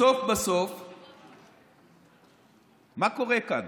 בסוף בסוף, מה קורה כאן